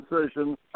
decision